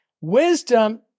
wisdom